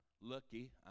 lucky